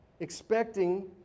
expecting